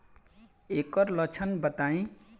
ऐकर लक्षण बताई?